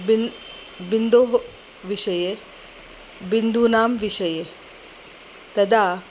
बिन्दुः बिन्दोः विषये बिन्दूनां विषये तदा